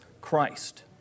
Christ